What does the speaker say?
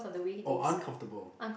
oh uncomfortable